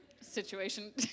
situation